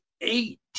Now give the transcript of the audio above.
eight